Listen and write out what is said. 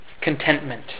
contentment